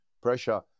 pressure